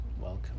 Welcome